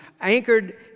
anchored